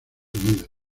unidos